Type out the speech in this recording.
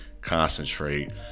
concentrate